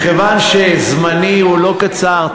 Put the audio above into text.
מכיוון שזמני לא קצר,